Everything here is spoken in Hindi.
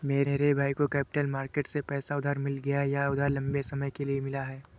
मेरे भाई को कैपिटल मार्केट से पैसा उधार मिल गया यह उधार लम्बे समय के लिए मिला है